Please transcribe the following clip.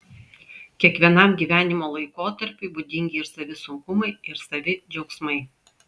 kiekvienam gyvenimo laikotarpiui būdingi ir savi sunkumai ir savi džiaugsmai